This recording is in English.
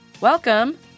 Welcome